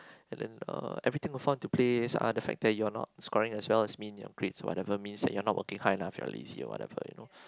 and then uh everything you are fond to play some other factor you are not scoring as well as mean in your grades whatever means that you are not working hard enough you are lazy or whatever you know